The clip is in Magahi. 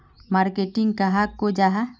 मार्केटिंग कहाक को जाहा?